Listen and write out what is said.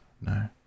no